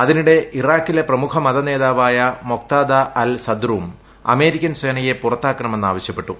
അതിനിടെ ഇറാഖിലെ പ്രമുഖ മതനേതാവായ മൊക്താദ അൽ സദ്റും അമേരിക്കൻ സേനയെ പുറത്താക്കണമെന്ന് ആവശ്യപ്പെട്ടു